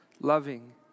loving